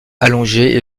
allongé